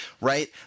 right